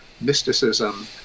mysticism